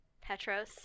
Petros